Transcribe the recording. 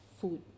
food